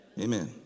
Amen